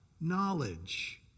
Knowledge